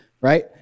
right